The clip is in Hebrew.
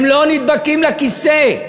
הם לא נדבקים לכיסא.